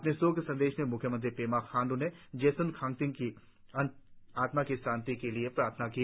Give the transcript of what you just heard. अपने शोक संदेश में मुख्यमंत्री पेमा खांड् ने जेसन खंगथिंग की आत्मा की शांति के लिए प्रार्थना की